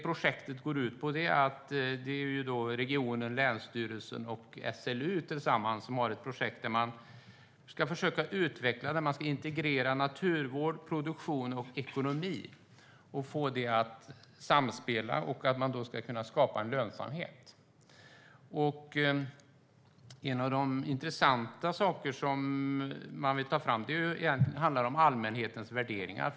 Projektet går ut på att regionen, länsstyrelsen och SLU tillsammans ska försöka utveckla och integrera naturvård, produktion och ekonomi och få dessa att samspela så att lönsamhet kan skapas. En av de intressanta saker man vill ta fram är allmänhetens värderingar.